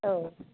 औ